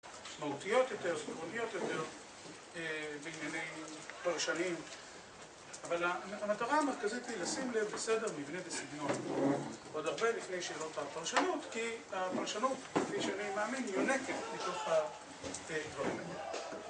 מהותיות יותר, סטרוניות יותר בעניינים פרשניים אבל המטרה המרכזית היא לשים לב לסדר מבנה וסגנון עוד הרבה לפני שאלות על פרשנות כי הפרשנות, לפי שאני מאמין, יונקת מתוך הדברים האלה